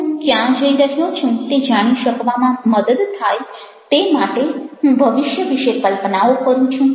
હું ક્યાં જઈ રહ્યો છું તે જાણી શકવામાં મદદ થાય તે માટે હું ભવિષ્ય વિશે કલ્પનાઓ કરું છું